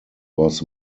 was